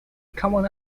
common